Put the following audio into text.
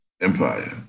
Empire